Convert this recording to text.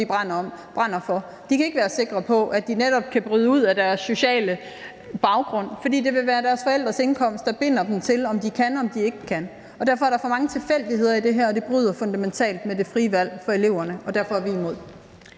De kan ikke være sikre på, at de netop kan bryde ud af deres sociale baggrund, fordi det vil være deres forældres indkomst, der binder dem til, om de kan eller de ikke kan. Derfor er der for mange tilfældigheder i det her, og det bryder fundamentalt med det frie valg for eleverne, og derfor er vi imod.